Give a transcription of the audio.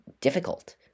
difficult